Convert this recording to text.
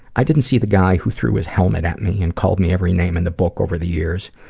i didn't see the guy who threw his helmet at me and called me every name in the book over the years.